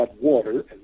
water